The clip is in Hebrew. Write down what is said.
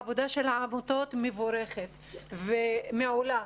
העבודה של העמותות מבורכת ומעולה,